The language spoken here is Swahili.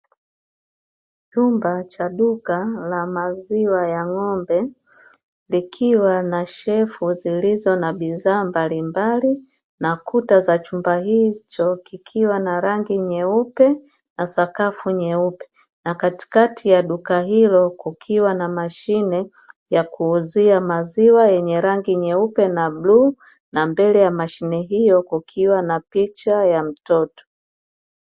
Chumba cha duka la maziwa ya ng'ombe, likiwa na shelfu zilizo na bidhaa mbalimbali, na kuta za chumba hicho kikiwa na rangi nyeupe na sakafu nyeupe, na katikati ya duka hilo kukiwa na mashine ya kuuzia maziwa yenye rangi nyeupe na bluu, na mbele ya mashine hiyo kukiwa na picha ya mtoto.